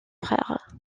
frère